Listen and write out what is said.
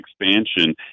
expansion